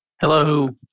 Hello